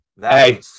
Hey